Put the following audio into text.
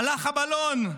הלך הבלון.